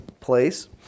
place